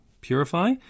purify